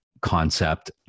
concept